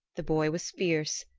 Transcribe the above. the boy was fierce,